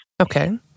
Okay